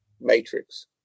Matrix